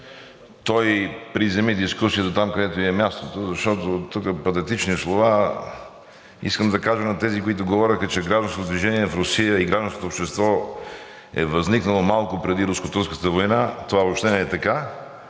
той приземи дискусията там, където ѝ е мястото, защото тука патетични слова… Искам да кажа на тези, които говореха, че гражданското движение в Русия и гражданското общество е възникнало малко преди Руско-турската война – това въобще не е така,